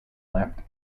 left